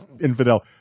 infidel